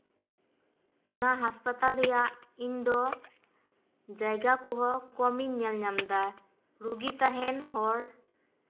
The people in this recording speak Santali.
ᱚᱱᱟ ᱦᱟᱸᱥᱯᱟᱛᱟᱞ ᱨᱮᱭᱟᱜ ᱤᱧ ᱫᱚ ᱡᱟᱭᱜᱟ ᱠᱚᱦᱚᱸ ᱠᱚᱢᱤᱧ ᱧᱮᱞ ᱧᱟᱢᱫᱟ ᱨᱩᱜᱤ ᱛᱟᱦᱮᱱ ᱦᱚᱞ